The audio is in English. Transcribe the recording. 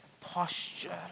posture